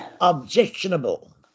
objectionable